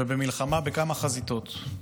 ובמלחמה בכמה חזיתות.